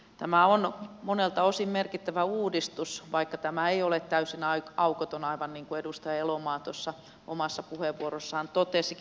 tämä on monelta osin merkittävä uudistus vaikka tämä ei ole täysin aukoton aivan niin kuin edustaja elomaa omassa puheenvuorossaan totesikin